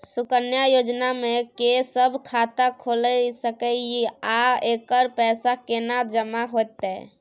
सुकन्या योजना म के सब खाता खोइल सके इ आ एकर पैसा केना जमा होतै?